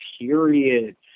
period